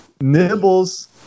Nibbles